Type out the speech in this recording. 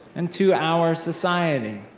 and to our society.